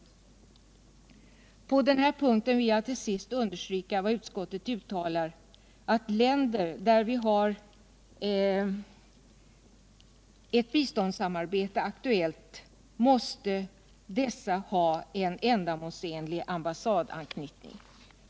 TIA aa tets verksamhets Vid denna punkt vill jag till sist understryka vad utskottet uttalar, område nämligen att länder där vi har ett biståndssamarbete aktuellt måste ha en ändamålsenlig ambassadanknytning.